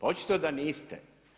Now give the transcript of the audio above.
Očito da niste.